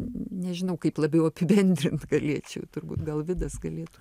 nežinau kaip labiau apibendrint galėčiau turbūt gal vidas galėtų